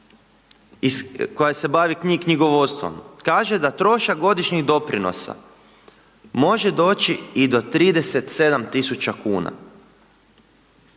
koja se bavi knjigovodstvom, kaže da trošak godišnjih doprinosa, može doći i do 37 tisuća kuna.